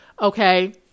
okay